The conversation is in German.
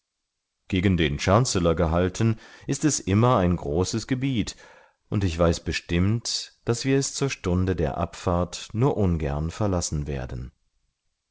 gegen den chancellor gehalten ist es immer ein großes gebiet und ich weiß bestimmt daß wir es zur stunde der abfahrt nur ungern verlassen werden